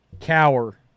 Cower